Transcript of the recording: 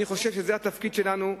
אני חושב שזה התפקיד שלנו,